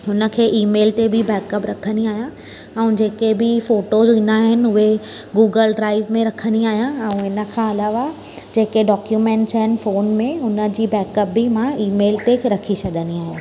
हुनखे ईमेल ते बि बेकअप रखंदी आहियां ऐं जेके बि फ़ोटोज़ हूंदा आहिनि उहे गूगल ड्राइव में रखंदी आहियां ऐं हिन खां अलावा जेके डॉक्यूमेंट्स आहिनि फ़ोन में हुनजी बेकअप बि मां ईमेल ते रखी छ्ॾंदी आहियां